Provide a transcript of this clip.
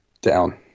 Down